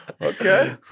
okay